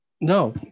no